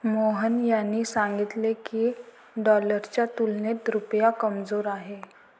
मोहन यांनी सांगितले की, डॉलरच्या तुलनेत रुपया कमजोर आहे